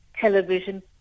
television